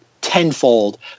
tenfold